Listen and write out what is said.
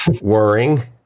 worrying